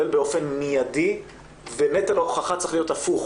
באופן מיידי ונטל ההוכחה צריך להיות הפוך.